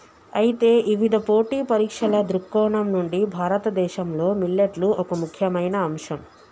అయితే ఇవిధ పోటీ పరీక్షల దృక్కోణం నుండి భారతదేశంలో మిల్లెట్లు ఒక ముఖ్యమైన అంశం